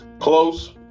Close